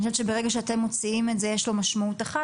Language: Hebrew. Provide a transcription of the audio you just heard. אני חושבת שברגע שאתם מוציאים את זה יש לזה משמעות אחת,